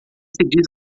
diz